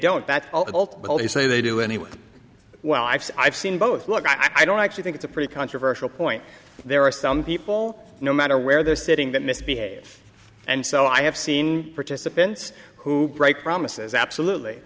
don't that's all adult well they say they do anyway well i've i've seen both look i don't actually think it's a pretty controversial point there are some people no matter where they're sitting that misbehave and so i have seen participants who break promises absolutely